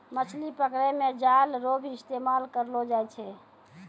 मछली पकड़ै मे जाल रो भी इस्तेमाल करलो जाय छै